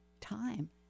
time